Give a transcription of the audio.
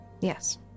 Yes